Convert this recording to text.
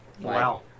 Wow